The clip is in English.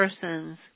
persons